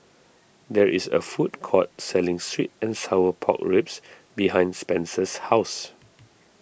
there is a food court selling Sweet and Sour Pork Ribs behind Spenser's house